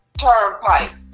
Turnpike